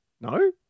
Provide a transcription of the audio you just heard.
No